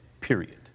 period